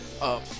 up